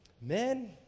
men